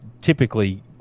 typically